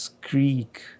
Greek